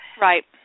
right